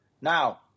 Now